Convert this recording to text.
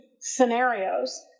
scenarios